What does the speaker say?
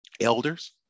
elders